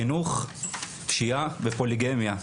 חינוך, פשיעה ופוליגמיה.